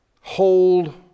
hold